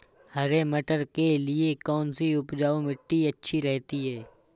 हरे मटर के लिए कौन सी उपजाऊ मिट्टी अच्छी रहती है?